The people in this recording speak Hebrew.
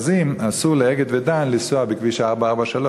לפי המכרזים אסור ל"אגד" ול"דן" לנסוע בכביש 443?